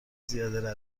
زیاده